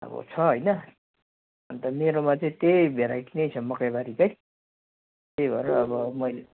अब छ होइन अन्त मेरोमा चाहिँ त्यही भेराइटी नै छ मकैबारीकै त्यही भएर अब मैले